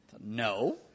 No